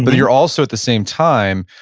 but you're also, at the same time,